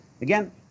Again